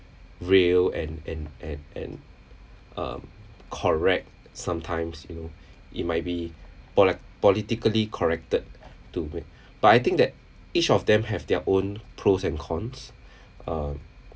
real and and and and um correct sometimes you know it might be polit~ politically corrected to them but I think that each of them have their own pros and cons um